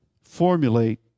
formulate